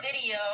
video